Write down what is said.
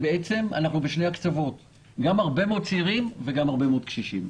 בעצם בשני הקצוות גם הרבה מאוד צעירים וגם הרבה מאוד קשישים.